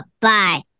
Bye